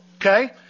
Okay